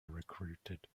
recruited